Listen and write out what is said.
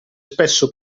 spesso